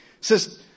says